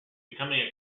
becoming